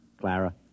Clara